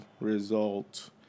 result